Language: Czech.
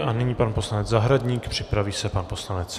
A nyní pan poslanec Zahradník, připraví se pan poslanec Juříček.